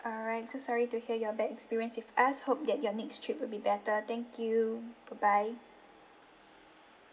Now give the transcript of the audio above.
alright so sorry to hear your bad experience with us hope that your next trip will be better thank you goodbye